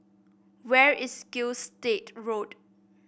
where is Gilstead Road